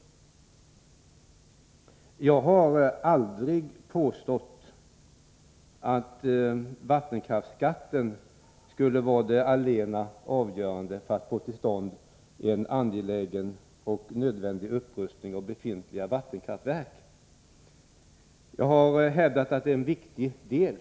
Jag har aldrig påstått att vattenkraftsskatten skulle vara det allena saliggörande för att få till stånd en angelägen och nödvändig upprustning av befintliga vattenkraftverk. Jag har hävdat att den är en viktig del.